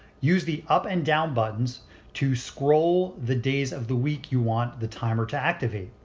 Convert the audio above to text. use the up and down buttons to scroll the days of the week you want the timer to activate.